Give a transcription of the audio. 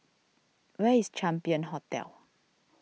where is Champion Hotel